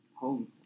home